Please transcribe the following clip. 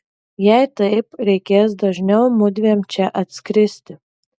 jei taip reikės dažniau mudviem čia atskristi